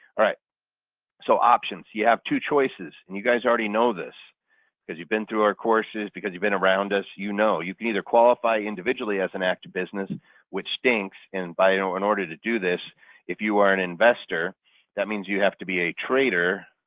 alright so options. you have two choices and you guys already know this because you've been through our courses because you've been around us you know. you can either qualify individually as an active business which stinks and ah in order to do this, if you are an investor that means you have to be a trader